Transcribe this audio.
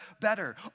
better